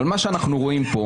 אבל מה שאנחנו רואים כאן